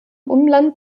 umland